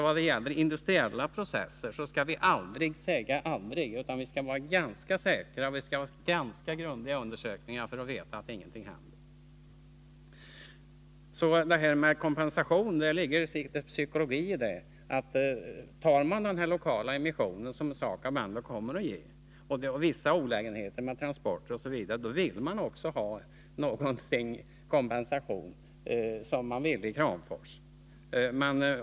När det gäller industriella processer skall vi aldrig säga aldrig, utan vi skall göra grundliga undersökningar för att förvissa oss om att ingenting allvarligt kommer att hända. Det ligger litet psykologi i detta med kompensation. Får man dessa lokala emissioner från SAKAB, vissa olägenheter med transporter m.m. vill man ha någon kompensation, som man ville i Kramfors.